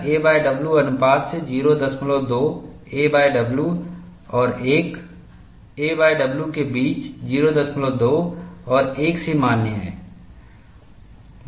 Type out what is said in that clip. यह aw अनुपात से 02 aw और 1 aw के बीच 02 और 1 से मान्य है